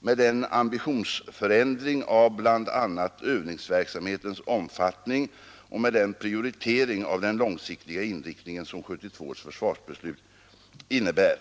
med den ambitionsförändring av bl.a. övningsverksam hetens omfattning och med den prioritering av den långsiktiga inrikt ningen som 1972 års försvarsbeslut innebär.